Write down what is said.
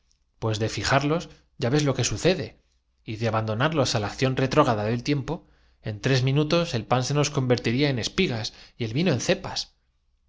pues de fijarlos ya ves lo que sucede y de aban de vestido tacones de bota y objetos de mercería donarlos á la acción retrógráda del tiempo en tres minutos el pan se nos convertiría parte un poco de azúcarordenó benjamín á jua en espigas y el vino